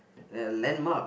a landmark